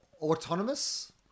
autonomous